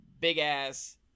big-ass